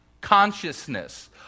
consciousness